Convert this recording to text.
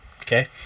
okay